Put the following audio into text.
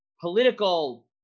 political –